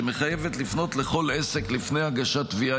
שמחייבת לפנות לכל עסק לפני הגשת תביעה